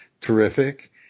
terrific